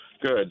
Good